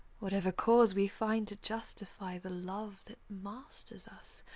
whatever cause we find to justify the love that masters us,